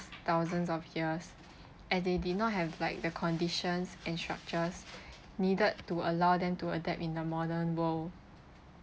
thousands of years and they did not have like the conditions and structures needed to allow them to adapt in the modern world